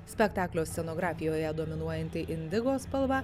spektaklio scenografijoje dominuojanti indigo spalva